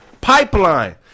pipeline